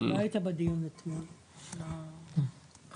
לא היית בדיון אתמול עם ההכשרה.